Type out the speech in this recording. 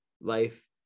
life